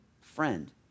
friend